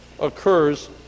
occurs